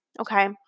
Okay